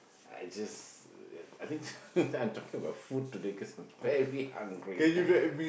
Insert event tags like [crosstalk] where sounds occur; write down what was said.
I just uh I think [laughs] I'm talking about food today cause I'm very hungry